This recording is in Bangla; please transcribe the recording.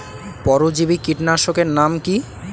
পরজীবী কীটনাশকের নাম কি?